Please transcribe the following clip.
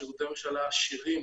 יש שירותי ממשלה עשירים,